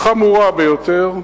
חמורה ביותר,